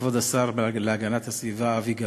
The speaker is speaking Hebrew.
לכבוד השר להגנת הסביבה אבי גבאי,